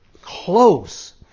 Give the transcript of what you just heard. close